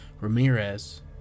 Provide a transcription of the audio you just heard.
Ramirez